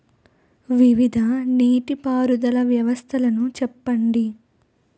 వివిధ నీటి పారుదల వ్యవస్థలను చెప్పండి?